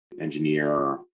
engineer